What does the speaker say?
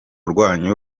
rwanyu